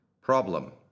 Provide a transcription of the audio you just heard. Problem